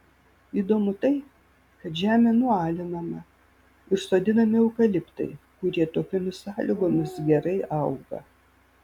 įdomu tai kad žemė nualinama ir sodinami eukaliptai kurie tokiomis sąlygomis gerai auga